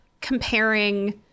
comparing